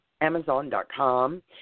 Amazon.com